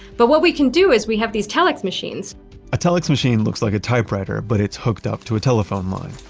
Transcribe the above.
but what we can do is we have these telex machines' a telex machine looks like a typewriter, but it's hooked up to a telephone line.